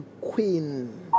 queen